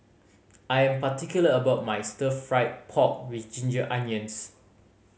I am particular about my Stir Fried Pork With Ginger Onions